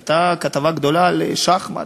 הייתה כתבה גדולה על שחמט.